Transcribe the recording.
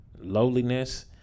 lowliness